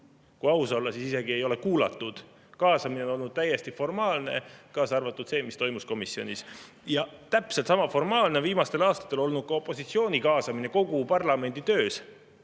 Kui aus olla, siis ei ole neid isegi kuulatud. Kaasamine on olnud täiesti formaalne, kaasa arvatud see, mis toimus komisjonis. Täpselt sama formaalne on viimastel aastatel olnud ka opositsiooni kaasamine kogu parlamendi töös.